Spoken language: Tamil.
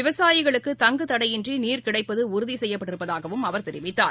விவசாயிகளுக்கு தங்குதடையின்றிநீர் கிடைப்பதுறுதிசெய்யப்பட்டிருப்பதாகவும் அவர் தெரிவித்தார்